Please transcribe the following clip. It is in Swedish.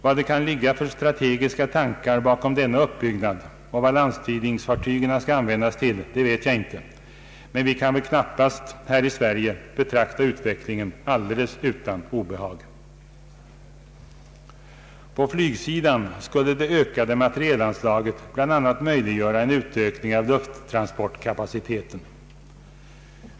Vad det kan ligga för strategiska tankar bakom denna utbyggnad och vad landstigningsfartygen skall användas till vet jag inte, men vi kan väl knappast här i Sverige betrakta utvecklingen alldeles utan obehag. På flygsidan skulle det ökade materielanslaget bl.a. möjliggöra utökning av lufttransportkapaciteten.